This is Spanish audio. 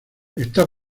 está